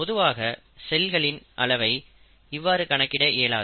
பொதுவாக செல்களின் அளவை இவ்வாறு கணக்கிட இயலாது